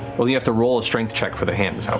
well, you have to roll a strength check for the hand